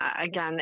again